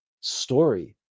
story